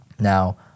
Now